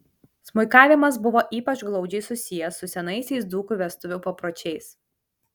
smuikavimas buvo ypač glaudžiai susijęs su senaisiais dzūkų vestuvių papročiais